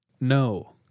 no